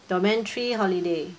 domain three holiday